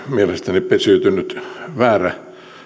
mielestäni pesiytynyt väärä